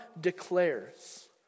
declares